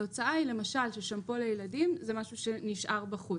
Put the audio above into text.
התוצאה היא למשל ששמפו לילדים זה משהו שנשאר בחוץ.